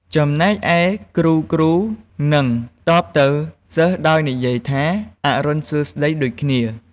ចំណែកឯគ្រូៗនឹងតបទៅសិស្សដោយនិយាយថា "អរុណសួស្តី" ដូចគ្នា។